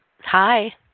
Hi